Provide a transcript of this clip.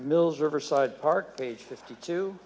mils riverside park page fifty two